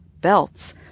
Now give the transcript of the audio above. belts